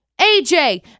AJ